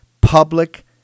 Public